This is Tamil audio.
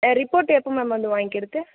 ஆ ரிப்போட் எப்போது மேம் வந்து வாங்கிக்கிறது